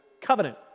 Covenant